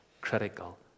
critical